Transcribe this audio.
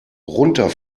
runter